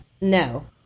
no